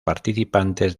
participantes